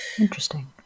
Interesting